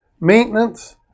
maintenance